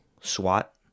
SWAT